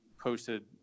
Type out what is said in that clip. posted